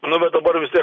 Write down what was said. nu bet dabar vis tiek